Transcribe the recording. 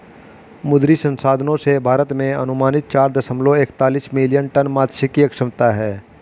मुद्री संसाधनों से, भारत में अनुमानित चार दशमलव एकतालिश मिलियन टन मात्स्यिकी क्षमता है